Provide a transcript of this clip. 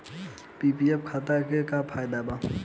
PPF खाता के का फायदा बा?